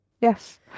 Yes